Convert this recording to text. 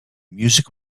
music